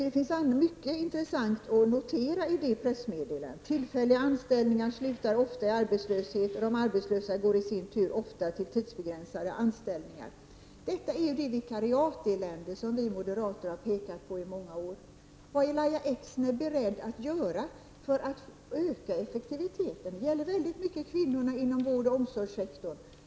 Det finns mycket intressant att notera i det pressmeddelandet. Det sägs bl.a. att tillfälliga anställningar ofta slutar i arbetslöshet och att de arbetslösa i sin tur ofta går till tidsbegränsade anställningar. Detta är det vikariatelände som vi moderater pekat på i många år. Vad är Lahja Exner beredd att göra för att öka effektiviteten? Detta gäller i väldigt stor utsträckning kvinnorna inom vårdoch omsorgssektorn.